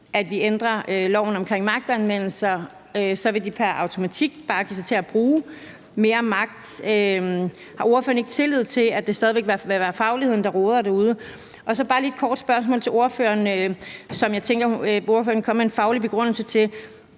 at vi ændrer loven omkring magtanvendelse, og at de så pr. automatik bare kan give sig til at bruge mere magt? Har ordføreren ikke tillid til, at det stadig væk vil være fagligheden, der råder derude? Så har jeg bare lige et kort spørgsmål til ordføreren, hvor jeg tænker, at ordføreren kan komme en faglig begrundelse: